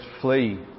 flee